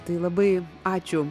tai labai ačiū